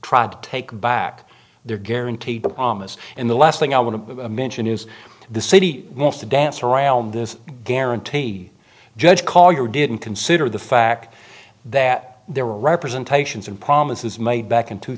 tried to take back their guaranteed promise and the last thing i want to mention is the city wants to dance around this guaranteed judge call your didn't consider the fact that there were representations and promises made back in two